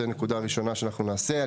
זוהי הנקודה הראשונה שאנחנו נעשה.